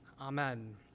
amen